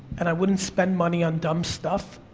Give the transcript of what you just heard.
and i wouldn't spend money on dumb stuff,